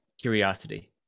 curiosity